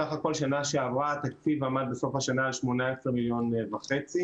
סך הכל שנה שעברה התקציב עמד בסוף השנה על 18,500,000 ₪.